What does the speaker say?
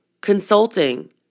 Consulting